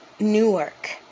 Newark